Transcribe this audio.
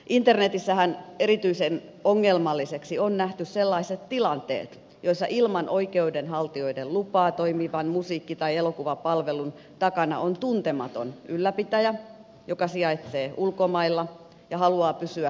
internetissähän erityisen ongelmallisiksi on nähty sellaiset tilanteet joissa ilman oikeudenhaltijoiden lupaa toimivan musiikki tai elokuvapalvelun takana on tuntematon ylläpitäjä joka sijaitsee ulkomailla ja haluaa pysyä tavoittamattomissa